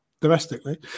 domestically